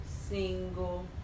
single